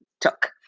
took